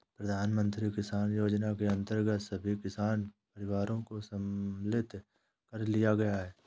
प्रधानमंत्री किसान योजना के अंतर्गत सभी किसान परिवारों को सम्मिलित कर लिया गया है